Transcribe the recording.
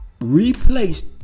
replaced